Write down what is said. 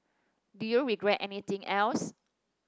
do you regret anything else